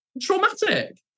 traumatic